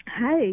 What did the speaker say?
Hi